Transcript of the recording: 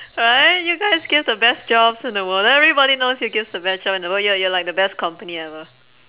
right you guys give the best jobs in the world everybody knows you gives the best job in the world you're you're like the best company ever